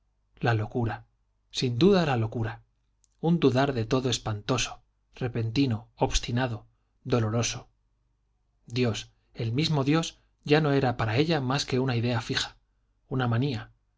la locura sin duda la locura un dudar de todo espantoso repentino obstinado doloroso dios el mismo dios ya no era para ella más que una idea fija una manía